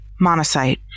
Monocyte